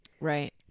Right